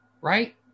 right